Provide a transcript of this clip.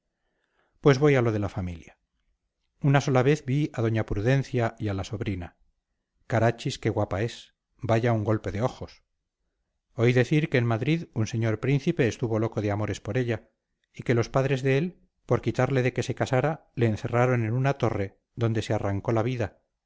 pues voy a lo de la familia una sola vez vi a doña prudencia y a la sobrina carachis qué guapa es vaya un golpe de ojos oí decir que en madrid un señor príncipe estuvo loco de amores por ella y que los padres de él por quitarle de que se casara le encerraron en una torre donde se arrancó la vida